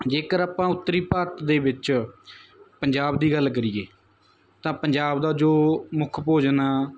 ਜੇਕਰ ਆਪਾਂ ਉੱਤਰੀ ਭਾਰਤ ਦੇ ਵਿੱਚ ਪੰਜਾਬ ਦੀ ਗੱਲ ਕਰੀਏ ਤਾਂ ਪੰਜਾਬ ਦਾ ਜੋ ਮੁੱਖ ਭੋਜਨ ਆ